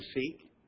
seek